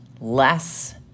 less